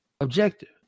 Objective